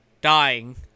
dying